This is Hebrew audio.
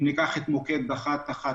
אם ניקח רק את מוקד 118,